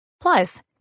Plus